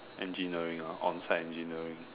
engineering ah on site engineering